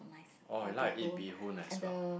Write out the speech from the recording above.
oh I like to eat Bee-Hoon as well